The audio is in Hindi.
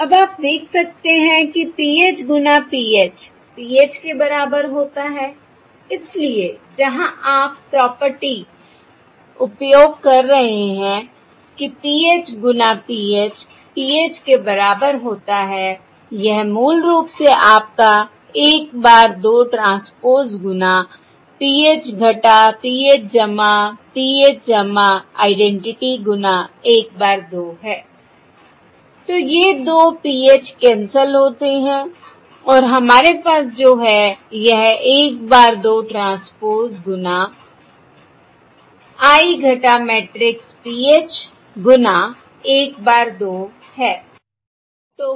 अब आप देख सकते हैं कि PH गुना PH PH के बराबर होता है इसलिए जहां आप प्रॉपर्टी उपयोग कर रहे हैं कि PH गुना PH PH के बराबर होता है यह मूल रूप से आपका 1 bar 2 ट्रांसपोज़ गुना PH - PH PH I गुना 1 bar 2 है तो ये दो PH कैंसल होते हैं और हमारे पास जो है यह 1 bar 2 ट्रांसपोज़ गुना I मैट्रिक्स PH गुणा 1 bar 2 हूं